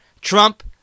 Trump